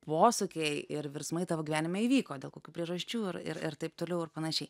posūkiai ir virsmai tavo gyvenime įvyko dėl kokių priežasčių ir ir ir taip toliau ir panašiai